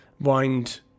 wind